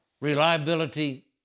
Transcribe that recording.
reliability